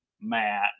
Matt